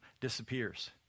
disappears